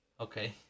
Okay